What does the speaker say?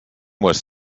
was